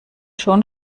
schon